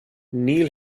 neal